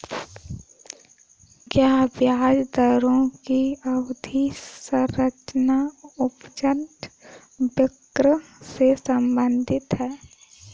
क्या ब्याज दरों की अवधि संरचना उपज वक्र से संबंधित है?